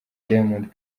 diamond